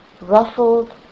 ruffled